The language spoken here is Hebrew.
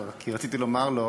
כי רציתי לומר לו,